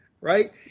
right